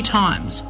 times